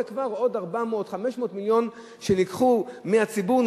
זה כבר עוד 400 500 מיליון שנלקחו מהציבור,